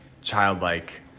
childlike